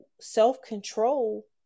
self-control